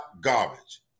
garbage